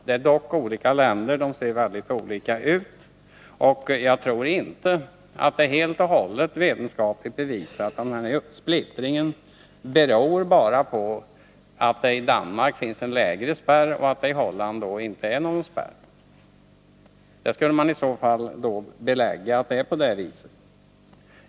Det är dock skilda länder som ser väldigt olika ut, och det lär inte vara helt och hållet vetenskapligt bevisat att splittringen beror bara på att det i Danmark finns en lägre spärr och i Holland ingen alls. I så fall skulle man belägga att det är på det viset.